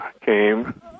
came